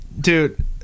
Dude